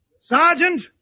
Sergeant